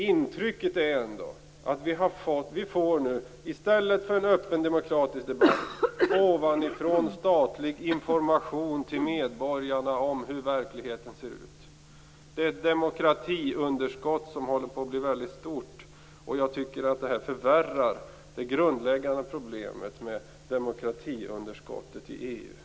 Intrycket är ändå att vi nu får i stället för en öppen demokratisk debatt ovanifrån statlig information till medborgarna om hur verkligheten ser ut. Demokratiunderskottet håller på att bli stort. Jag tycker att det förvärrar det grundläggande problemet med demokratiunderskottet i EU.